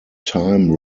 time